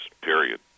period